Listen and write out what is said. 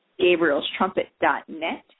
gabrielstrumpet.net